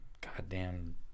goddamn